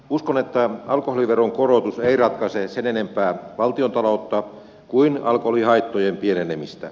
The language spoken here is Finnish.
uskon että alkoholiveron korotus ei ratkaise sen enempää valtiontaloutta kuin alkoholihaittojen pienenemistä